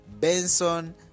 Benson